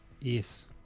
Yes